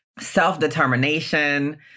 self-determination